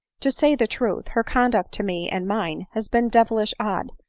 to say the truth, her conduct to me and mine has been devilish odd,